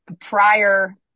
prior